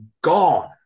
Gone